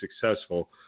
successful